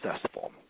successful